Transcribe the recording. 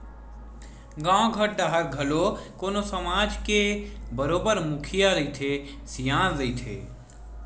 गाँव घर डाहर घलो कोनो समाज म बरोबर मुखिया रहिथे, सियान रहिथे